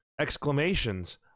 exclamations